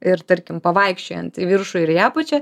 ir tarkim pavaikščiojant į viršų ir į apačią